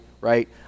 right